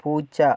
പൂച്ച